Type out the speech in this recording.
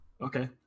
Okay